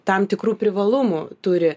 tam tikrų privalumų turi